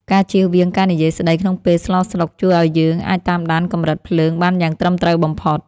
ការជៀសវាងការនិយាយស្តីក្នុងពេលស្លស្លុកជួយឱ្យយើងអាចតាមដានកម្រិតភ្លើងបានយ៉ាងត្រឹមត្រូវបំផុត។